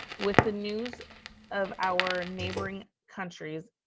with the news of our neighboring countries,